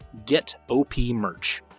getOPmerch